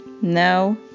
No